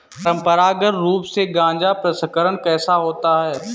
परंपरागत रूप से गाजा प्रसंस्करण कैसे होता है?